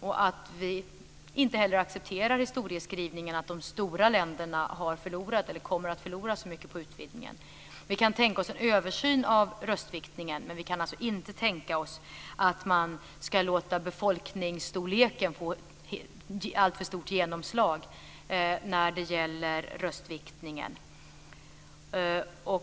Vi accepterar inte heller historieskrivningen att de stora länderna kommer att förlora så mycket på utvidgningen. Vi kan tänka oss en översyn av röstviktningen. Men vi kan inte tänka oss att man ska låta befolkningsstorleken få alltför stort genomslag när det gäller röstviktningen.